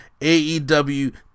AEW